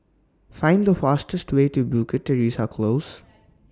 Find The fastest Way to Bukit Teresa Close